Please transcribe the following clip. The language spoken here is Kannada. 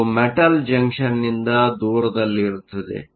ಇದು ಮೆಟಲ್Metal ಜಂಕ್ಷನ್ನಿಂದ ದೂರದಲ್ಲಿರುತ್ತದೆ